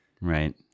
Right